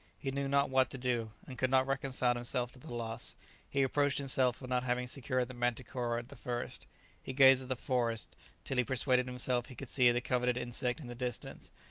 he knew not what to do, and could not reconcile himself to the loss he reproached himself for not having secured the manticora at the first he gazed at the forest till he persuaded himself he could see the coveted insect in the distance,